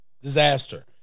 Disaster